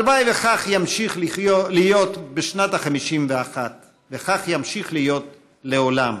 הלוואי שכך ימשיך להיות בשנת ה-51 וכך ימשיך להיות לעולם.